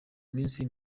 minsi